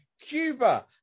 Cuba